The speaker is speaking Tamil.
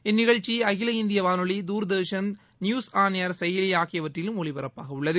இந்நிகழ்ச்சி அகில இந்திய வானொலி தூர்தர்ஷன் நியூஸ் ஆன் ஏர் செயலி ஆகியவற்றிலும் ஒலிபரப்பாக உள்ளது